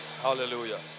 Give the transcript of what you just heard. Hallelujah